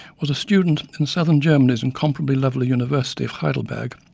was a student in southern germany's incomparably lovely university of heidelberg,